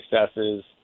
successes